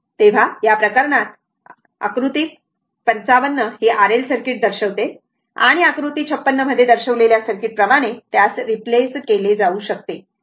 तर या प्रकरणात आकृती 55 ही R L सर्किट दर्शवते आणि आकृती 56 मध्ये दर्शविलेल्या सर्किट प्रमाणे त्यास रिप्लेस केले जाऊ शकते